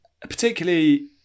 Particularly